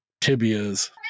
tibias